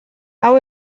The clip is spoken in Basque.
hau